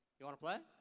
you want to play?